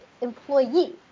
employee